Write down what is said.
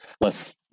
Less